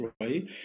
right